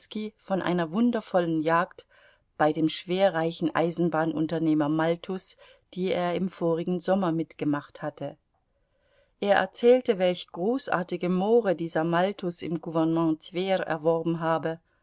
von einer wundervollen jagd bei dem schwerreichen eisenbahnunternehmer maltus die er im vorigen sommer mitgemacht hatte er erzählte welch großartige moore dieser maltus im gouvernement twer erworben habe